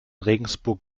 regensburg